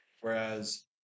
Whereas